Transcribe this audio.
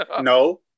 No